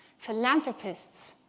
philanthropists,